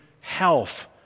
health